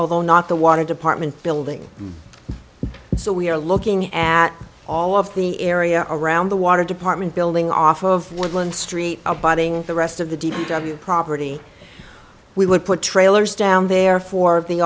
although not the water department building so we are looking at all of the area around the water department building off of woodland street abiding the rest of the deed of your property we would put trailers down there for the